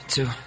Two